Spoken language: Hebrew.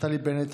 נפתלי בנט,